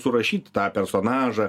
surašyt tą personažą